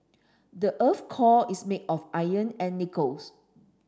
the earth core is made of iron and nickels